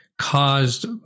caused